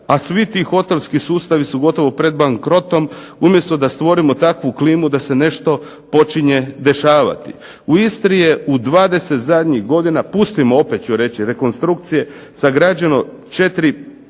a svi ti hotelski sustavi su gotovo pred bankrotom, umjesto da stvorimo takvu klimu da se nešto počinje dešavati. U Istri je u 20 zadnjih godina, pustimo opet ću reći rekonstrukcije, sagrađeno 4